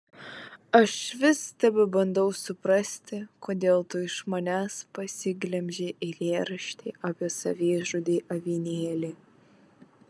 aš vis tebebandau suprasti kodėl tu iš manęs pasiglemžei eilėraštį apie savižudį avinėlį